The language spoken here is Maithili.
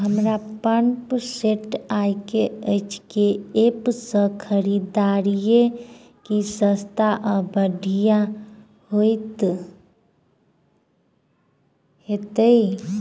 हमरा पंप सेट लय केँ अछि केँ ऐप सँ खरिदियै की सस्ता आ बढ़िया हेतइ?